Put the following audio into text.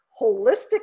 holistic